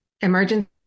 emergency